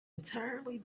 entirely